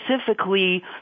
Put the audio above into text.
specifically